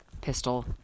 Pistol